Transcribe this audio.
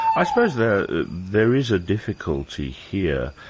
i suppose there there is a difficulty here.